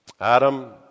Adam